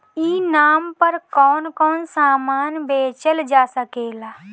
ई नाम पर कौन कौन समान बेचल जा सकेला?